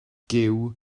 gyw